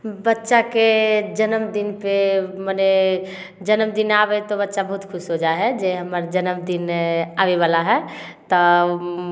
बच्चाके जनमदिन पे मने जनमदिन आबय तऽ बच्चा बहुत खुश हो जाइ हइ जे हमर जन्मदिन आबै बला है तऽ